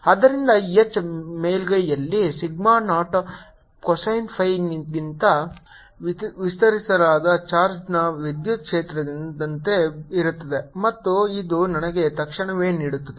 ಆದ್ದರಿಂದ H ಮೇಲ್ಮೈಯಲ್ಲಿ sigma naught cosine phi ನಂತೆ ವಿತರಿಸಲಾದ ಚಾರ್ಜ್ನ ವಿದ್ಯುತ್ ಕ್ಷೇತ್ರದಂತೆ ಇರುತ್ತದೆ ಮತ್ತು ಇದು ನನಗೆ ತಕ್ಷಣವೇ ನೀಡುತ್ತದೆ